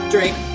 Drink